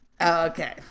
Okay